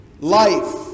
life